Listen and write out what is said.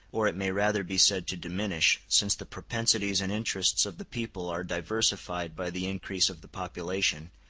or it may rather be said to diminish, since the propensities and interests of the people are diversified by the increase of the population,